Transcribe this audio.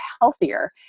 healthier